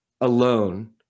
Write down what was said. Alone